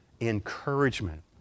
encouragement